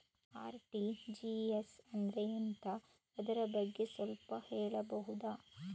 RTGS ಅಂದ್ರೆ ಎಂತ ಅದರ ಬಗ್ಗೆ ಸ್ವಲ್ಪ ಹೇಳಬಹುದ?